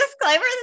disclaimer